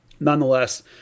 Nonetheless